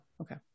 okay